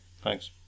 Thanks